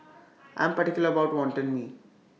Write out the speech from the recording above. I Am particular about Wantan Mee